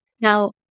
Now